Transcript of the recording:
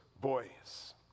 boys